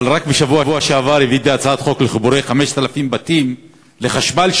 אבל רק בשבוע שעבר הבאתי הצעת חוק לחיבורי 5,000 בתים לחשמל,